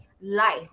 life